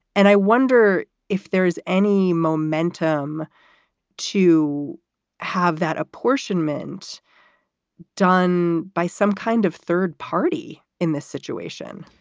and i wonder if there is any momentum to have that apportionment done by some kind of third party in this situation